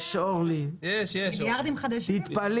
יש, אורלי, תתפלאי.